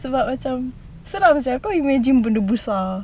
sebab macam seram sia kau imagine benda besar